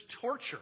torture